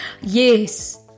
Yes